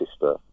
sister